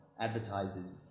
advertisers